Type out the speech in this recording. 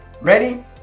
Ready